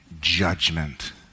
judgment